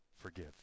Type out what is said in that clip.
Forgive